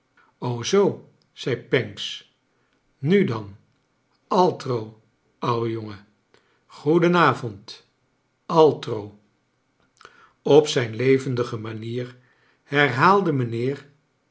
zoo zei pancks nu dan altro ouwe jongen goedenavond altro op zijn levendige manier herhaalde mijnheer